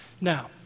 Now